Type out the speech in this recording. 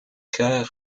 chœur